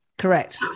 Correct